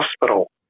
hospital